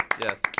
Yes